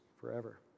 forever